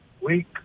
Week